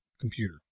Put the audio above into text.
computer